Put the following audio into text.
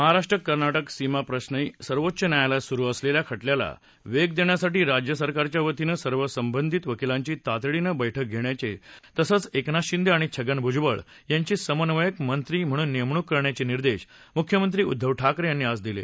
महाराष्ट्र कर्नाटक सीमाप्रश्री सर्वोच्च न्यायालयात सुरू असलेल्या खटल्याला वेग देण्यासाठी राज्य सरकारच्या वतीनं सर्व संबंधित वकिलांची तातडीनं बैठक घेण्याचे तसंच एकनाथ शिंदे आणि छगन भूजबळ यांची समन्वयक मंत्री म्हणून नेमणूक करण्याचे निदेश मुख्यमंत्री उद्धव ठाकरे यांनी आज दिले